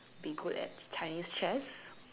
be good at Chinese chess